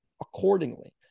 accordingly